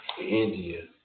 India